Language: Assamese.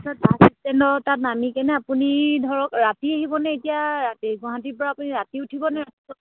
তাৰ পিছত বাছ ষ্টেণ্ডৰ তাত নামি কিনে আপুনি ধৰক ৰাতি আহিবনে এতিয়া গুৱাহাটীৰ পৰা আপুনি ৰাতি উঠিবনে